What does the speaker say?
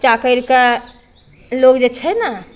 पूजा कैरि कऽ लोग जे छै ने